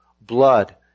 Blood